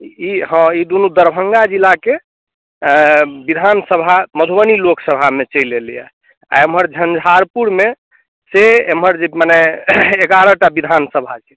ई हँ ई दुनू दरभङ्गा जिलाके विधान सभा मधुबनी लोकसभामे चलि एलैए आ एम्हर झंझारपुरमे से एम्हर जे मने एगारह टा विधान सभा छै